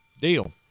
Deal